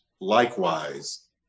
likewise